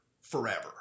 forever